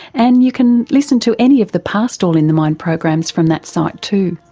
and you can listen to any of the past all in the mind programs from that site too.